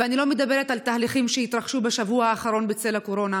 ואני לא מדברת על תהליכים שהתרחשו בשבוע האחרון בצל הקורונה,